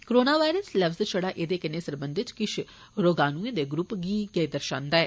corona virus लफ्ज़ छड़ा एहदे कन्नै सरबंधत किश रोगाणुएं दे ग्रुप गी गै दर्शादा ऐ